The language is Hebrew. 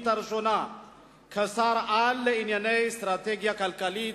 הראשונה כשר-על לענייני אסטרטגיה כלכלית,